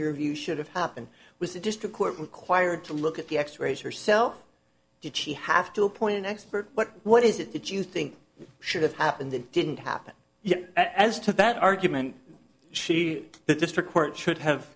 your view should have happened was it just a court required to look at the x rays or sell it she have to appoint an expert what what is it that you think should have happened that didn't happen yet as to that argument she the district court should have